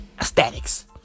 aesthetics